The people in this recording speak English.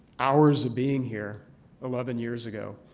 hours of being here eleven years ago,